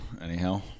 anyhow